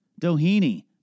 Doheny